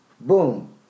Boom